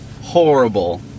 horrible